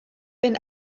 wenn